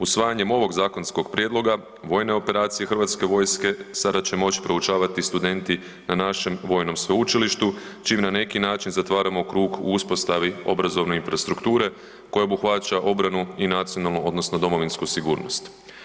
Usvajanjem ovog zakonskog prijedloga vojne operacije Hrvatske vojske sada će moći proučavati studenti na našem vojnom sveučilištu čime na neki način zatvaramo krugu u uspostavi obrazovne infrastrukture koja obuhvaća obranu i nacionalnu odnosno domovinsku sigurnost.